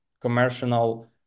commercial